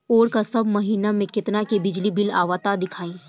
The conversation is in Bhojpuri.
ओर का सब महीना में कितना के बिजली बिल आवत दिखाई